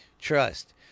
Trust